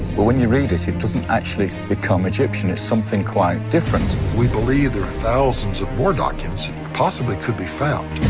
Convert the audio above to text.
but when you read it, it doesn't actually become egyptian, it's something quite different. we believe there are thousands of more documents that possibly could be found.